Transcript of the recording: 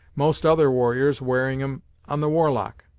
most other warriors wearing em on the war-lock.